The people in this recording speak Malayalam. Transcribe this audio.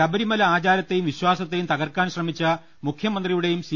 ശബരിമല ആചാരത്തെയും വിശ്വാസത്തെയും തകർക്കാൻ ശ്രമിച്ച മുഖ്യമന്ത്രിയുടെയും സി